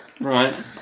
Right